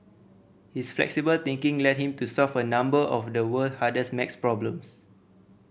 his flexible thinking led him to solve a number of the world hardest maths problems